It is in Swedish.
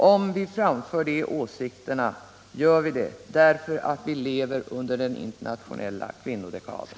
Om vi framför de åsikterna, gör vi det därför att vi lever under den internationella kvinnodekaden.